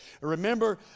Remember